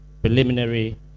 preliminary